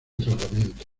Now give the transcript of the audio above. tratamiento